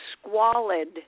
squalid